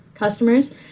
Customers